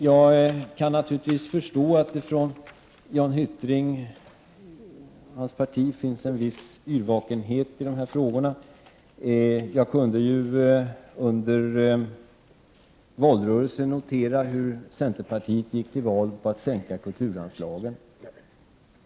Jag kan naturligtvis förstå att det hos Jan Hyttring och hans parti finns en viss yrvakenhet i de här frågorna. Jag kunde ju i valrörelsen notera hur centerpartiet gick till val på att sänka kulturanslagen.